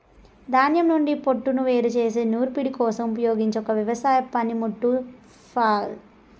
ధాన్యం నుండి పోట్టును వేరు చేసే నూర్పిడి కోసం ఉపయోగించే ఒక వ్యవసాయ పనిముట్టు ఫ్లైల్